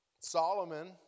Solomon